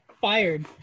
fired